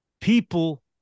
People